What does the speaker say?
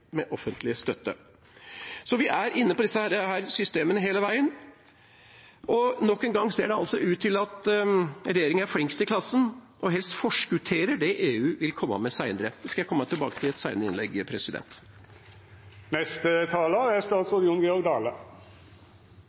med offentlig støtte. Så vi er inne på disse systemene hele veien, og nok en gang ser det ut til at regjeringa er flinkest i klassen og helst forskutterer det EU vil komme med senere. Det skal jeg komme tilbake til i et senere innlegg.